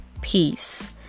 peace